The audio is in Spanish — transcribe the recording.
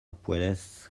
puedes